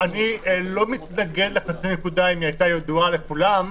אני לא מתנגד לחצי הנקודה אם היא הייתה ידועה לכולם.